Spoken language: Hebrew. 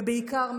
ובעיקר,